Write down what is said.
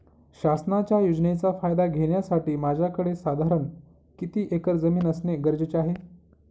शासनाच्या योजनेचा फायदा घेण्यासाठी माझ्याकडे साधारण किती एकर जमीन असणे गरजेचे आहे?